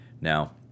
Now